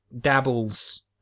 dabbles